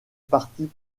partis